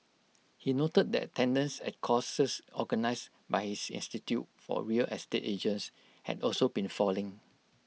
he noted that attendance at courses organised by his institute for real estate agents had also been falling